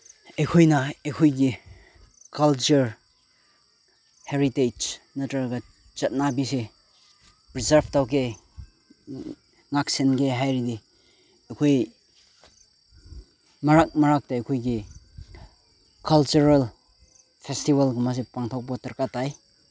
ꯑꯩꯈꯣꯏꯅ ꯑꯩꯈꯣꯏꯒꯤ culture heritage ꯅꯠꯇ꯭ꯔꯒ ꯆꯠꯅꯕꯤꯁꯦ ꯄ꯭ꯔꯤꯖꯥꯞ ꯇꯧꯒꯦ ꯉꯥꯛ ꯁꯦꯟꯒꯦ ꯍꯥꯏꯔꯗꯤ ꯑꯩꯈꯣꯏ ꯃꯔꯛ ꯃꯔꯛꯇ ꯑꯩꯈꯣꯏꯒꯤ ꯀꯜꯆꯔꯦꯜ ꯐꯦꯁꯇꯤꯚꯦꯜꯒꯨꯝꯕꯁꯦ ꯄꯥꯡꯊꯣꯛꯄ ꯗꯔꯀꯥꯔ ꯇꯥꯏ